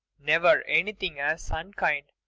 never anything as unkind,